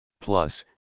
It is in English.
Plus